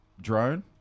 Drone